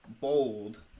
bold